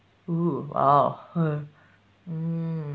!woo! !wow! !huh! mm